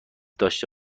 داشته